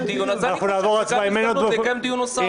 --- אז אני חושב שיש כאן הזדמנות לקיים דיון נוסף.